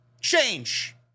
Change